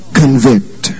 convict